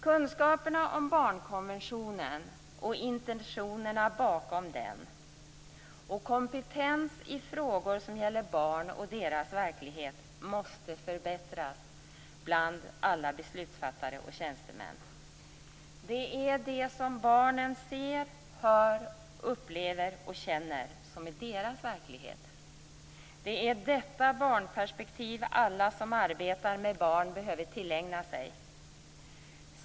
Kunskaperna om barnkonventionen och intentionerna bakom den och kompetens i frågor som gäller barn och deras verklighet måste förbättras bland alla beslutsfattare och tjänstemän. Det är det som barnen ser, hör, upplever och känner som är deras verklighet. Det är detta barnperspektiv alla som arbetar med barn behöver tillägna sig.